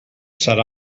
set